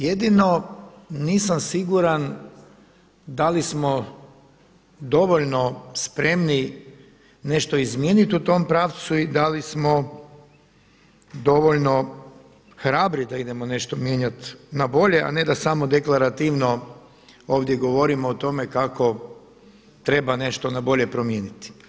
Jedino nisam siguran da li smo dovoljno spremni nešto izmijeniti u tom pravcu i da li smo dovoljno hrabri da idemo nešto mijenjati na bolje, a ne da samo deklarativno ovdje govorimo o tome kako treba nešto na bolje promijeniti.